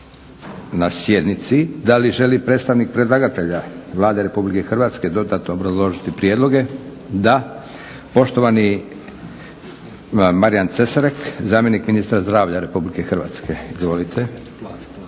na sjednici. Da li želi predstavnik predlagatelja Vlade RH dodatno obrazložiti prijedloge? Da. Poštovani Marijan Cesarik zamjenik ministra zdravlja RH. Izvolite.